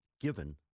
given